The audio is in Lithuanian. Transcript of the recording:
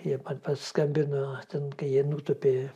jie paskambino ten kai jie nutūpė